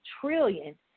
trillion